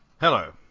Hello